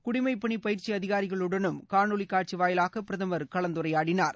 குடிமைப்பனி பயிற்சி அதிகாரிகளுடனும் காணொளி காட்சி வாயிலாக பிரதமர் கலந்துரையாடினார்